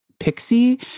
pixie